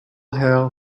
hail